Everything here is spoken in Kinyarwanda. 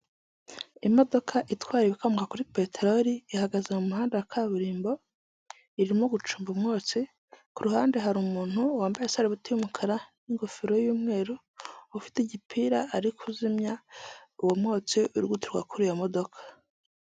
Imodoka itwara ibikomoka kuri peterori, ihagaze mu muhanda wa kaburimbo, irimo gucumba umwotsi, ku ruhande hari umuntu wambaye isarubeti y'umukara n'ingofero y'umweru, ufite igipira, ari kuyizimya uwo mwotsi uri guturuka kuri iyo modoka.